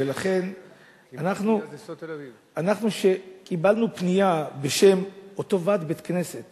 ולכן אנחנו, כשקיבלנו פנייה בשם ועד בית-הכנסת